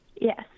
Yes